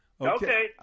Okay